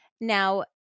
Now